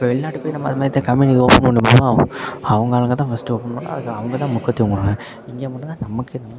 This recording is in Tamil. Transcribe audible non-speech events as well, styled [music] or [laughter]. இப்போ வெளிநாட்டுக்கு போய் அதை மாரி தான் கம்பெனி இது ஓப்பன் பண்ண முடியுமா அவங்க ஆளுங்கள் தான் ஃபஸ்ட்டு ஓப்பன் பண்ணி அதுக்கு அவங்க தான் முக்கியத்துவமானவங்க இங்கே மட்டும்தான் நமக்கு நம்ம இது [unintelligible]